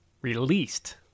released